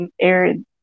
aired